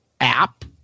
app